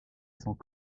sans